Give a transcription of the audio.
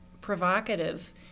provocative